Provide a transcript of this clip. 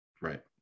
Right